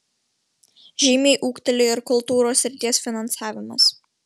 žymiai ūgtelėjo ir kultūros srities finansavimas